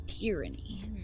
tyranny